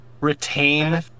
retain